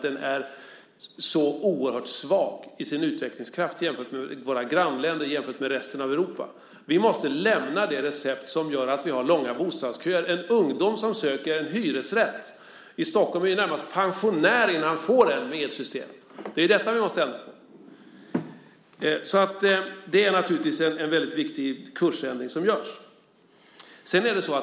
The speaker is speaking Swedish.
Den är oerhört svag i sin utvecklingskraft jämfört med våra grannländer och med resten av Europa. Vi måste lämna det recept som gör att vi har långa bostadsköer. En ung person som söker en hyresrätt i Stockholm är ju närmast pensionär innan han får en lägenhet med ert system! Det är detta vi måste ändra på. Det är en väldigt viktig kursändring som görs.